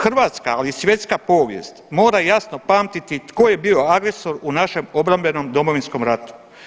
Hrvatska ali i svjetska povijest mora jasno pamtiti tko je bio agresor u našem obrambenom Domovinskom ratu.